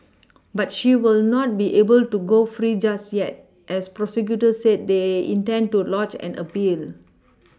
but she will not be able to go free just yet as prosecutors said they intend to lodge an appeal